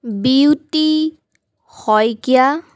beauty Saikia